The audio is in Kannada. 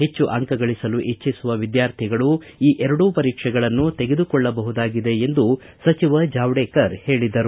ಹೆಚ್ಚು ಅಂಕ ಗಳಸಲು ಇಚ್ಛಿಸುವ ವಿದ್ಯಾರ್ಥಿಗಳು ಈ ಎರಡೂ ಪರೀಕ್ಷೆಗಳನ್ನು ತೆಗೆದುಕೊಳ್ಳಬಹುದಾಗಿದೆ ಎಂದು ಸಚಿವ ಜಾವ್ದೇಕರ್ ಹೇಳಿದರು